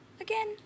Again